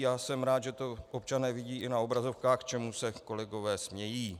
Já jsem rád, že to občané vidí i na obrazovkách, čemu se kolegové smějí.